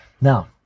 Now